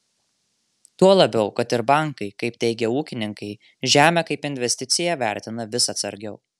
tuo labiau kad ir bankai kaip teigia ūkininkai žemę kaip investiciją vertina vis atsargiau